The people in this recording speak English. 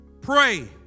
Pray